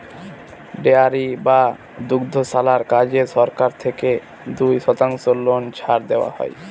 dairy বা দুগ্ধশালার কাজে সরকার থেকে দুই শতাংশ লোন ছাড় দেওয়া হয়